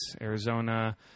Arizona